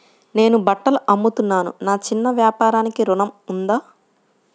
నేను బట్టలు అమ్ముతున్నాను, నా చిన్న వ్యాపారానికి ఋణం ఉందా?